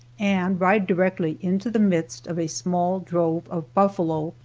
and ride directly into the midst of a small drove of buffalo,